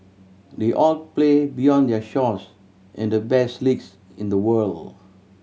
they all play beyond their shores in the best leagues in the world